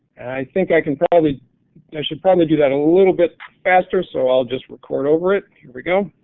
think i can probably. i should probably do that a little bit faster so i'll just record over it. here we go.